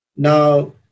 Now